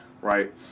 right